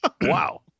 Wow